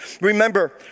remember